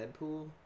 Deadpool